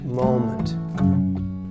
moment